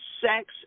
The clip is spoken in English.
Sex